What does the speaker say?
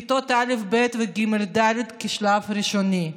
כיתות א'-ב' וג'-ד' כשלב ראשוני,